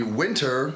winter